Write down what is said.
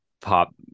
pop